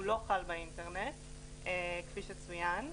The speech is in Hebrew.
הוא לא חל באינטרנט כפי שצוין,